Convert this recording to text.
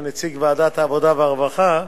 שהוא נציג ועדת העבודה והרווחה,